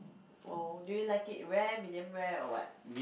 oh do you like it rare medium rare or what